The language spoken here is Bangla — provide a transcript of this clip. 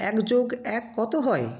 এক যোগ এক কত হয়